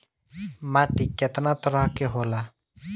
माटी केतना तरह के होला?